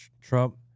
Trump